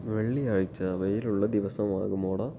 വെള്ളിയാഴ്ച വെയിലുള്ള ദിവസമാകുമോട